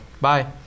Bye